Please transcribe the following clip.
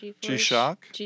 G-Shock